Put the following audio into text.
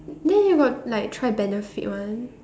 then you got like try benefit one